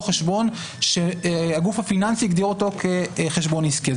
חשבון שהגוף הפיננסי הגדיר אותו כחשבון עסקי.